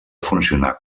funcionar